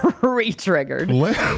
Re-triggered